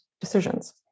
decisions